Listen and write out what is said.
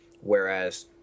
whereas